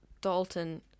Dalton